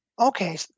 okay